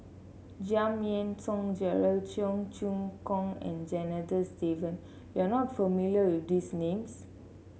Giam Yean Song Gerald Cheong Choong Kong and Janadas Devan you are not familiar with these names